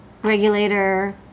regulator